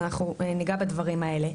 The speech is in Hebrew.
ניגע בדברים האלה.